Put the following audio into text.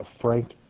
Frank